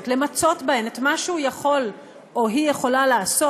למצות בהן את מה שהוא יכול הוא היא יכולה לעשות,